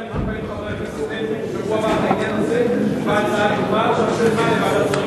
בשבוע הבא תובא הצעה דומה לוועדת שרים לחקיקה.